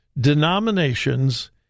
denominations